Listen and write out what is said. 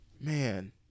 man